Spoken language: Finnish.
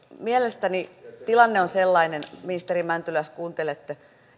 mielestäni tilanne on sellainen ministeri mäntylä jos kuuntelette